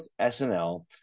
SNL